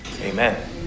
amen